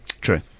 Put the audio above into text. True